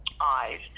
eyes